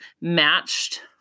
matched